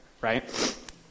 right